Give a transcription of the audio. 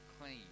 clean